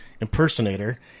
impersonator